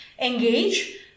engage